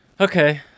okay